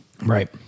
Right